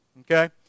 Okay